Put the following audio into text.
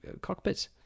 cockpit